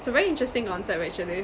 it's a very interesting concept actually